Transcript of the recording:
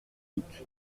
doute